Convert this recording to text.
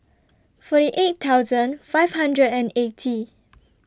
forty eight thousand five hundred and eighty